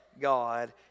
God